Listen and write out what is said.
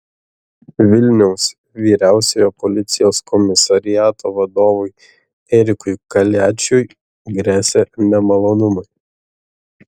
vilniaus vyriausiojo policijos komisariato vadovui erikui kaliačiui gresia nemalonumai